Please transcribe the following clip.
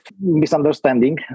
misunderstanding